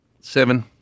Seven